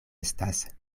estas